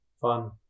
fun